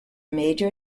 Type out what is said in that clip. major